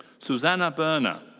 suzannah burner.